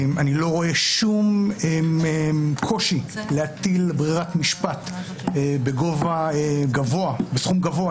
אני לא רואה שום קושי להטיל ברירת משפט בסכום גבוה,